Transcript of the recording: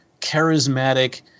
charismatic